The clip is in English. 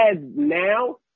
now